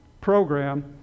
program